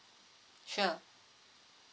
sure